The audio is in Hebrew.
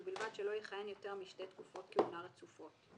ובלבד שלא יכהן יותר משתי תקופות כהונה רצופות.